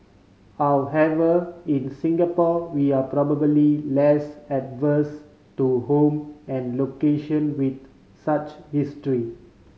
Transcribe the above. however in Singapore we are probably less averse to home and location with such history